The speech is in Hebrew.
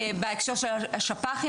בהקשר של השפח"ים,